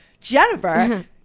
Jennifer